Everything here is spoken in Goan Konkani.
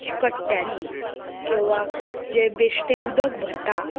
कट्ट्यांनी किंवा जें बिश्टे उदक भरता